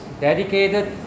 dedicated